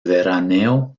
veraneo